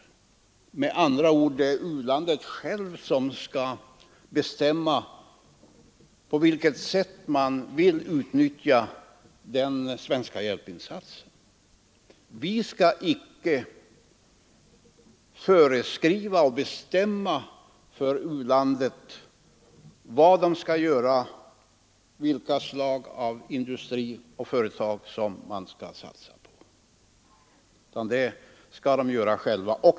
Med andra ord: Det är u-landet självt som skall bestämma på vilket sätt det vill utnyttja den svenska hjälpinsatsen. Vi skall icke föreskriva och bestämma för u-landet vad det skall göra, vilka slags industrier och företag som landet skall satsa på.